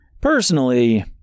Personally